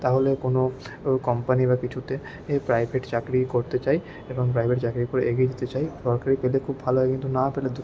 তাহলেও কোনো কোম্পানি বা কিছুতে প্রাইভেট চাকরি করতে চাই এবং প্রাইভেট চাকরি করে এগিয়ে যেতে চাই সরকারি পেলে খুব ভালো হয় কিন্তু না পেলে